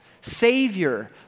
Savior